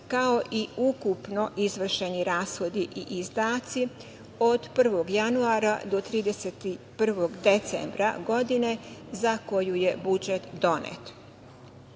kao i ukupno izvršeni rashodi i izdaci od 1. januara do 31. decembra godine za koju je budžet